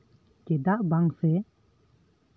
ᱪᱮᱫᱟᱜ ᱵᱟᱝ ᱥᱮ